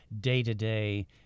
day-to-day